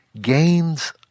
gains